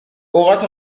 اوقات